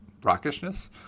Rockishness